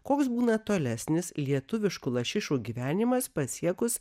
koks būna tolesnis lietuviškų lašišų gyvenimas pasiekus